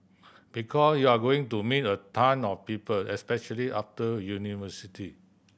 because you're going to meet a ton of people especially after university